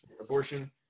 Abortion